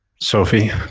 Sophie